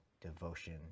devotion